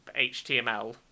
HTML